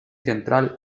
central